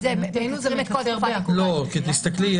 כי תסתכלי,